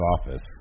office